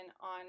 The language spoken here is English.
on